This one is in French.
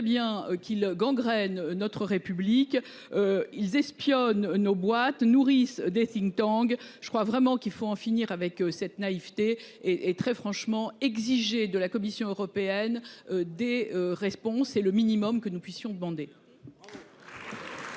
bien qu'il gangrène notre République. Ils espionnent nos boîtes nourrissent des think Tang. Je crois vraiment qu'il faut en finir avec cette naïveté et et très franchement exiger de la Commission européenne. Des respon c'est le minimum que nous puissions demander.